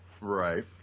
Right